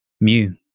Mew